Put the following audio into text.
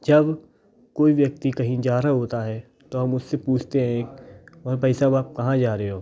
जब कोई व्यक्ति कहीं जा रहा होता है तो हम उससे पूछते हैं और भाई साहब आप कहा जा रहे हो